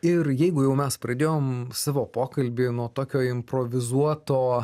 ir jeigu jau mes pradėjom savo pokalbį nuo tokio improvizuoto